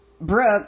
Brooke